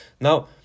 now